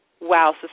wow